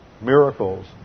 miracles